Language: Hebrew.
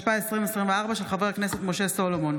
שרון ניר,